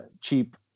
cheap